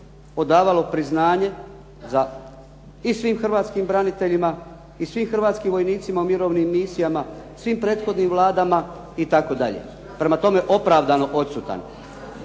odavalo priznanje za i svim hrvatskim braniteljima i svim hrvatskim vojnicima u mirovnim misijama, svim prethodnim vladama itd. Prema tome, opravdano odsutan.